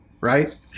right